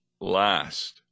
last